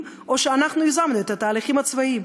או שאנחנו יזמנו את התהליכים הצבאיים.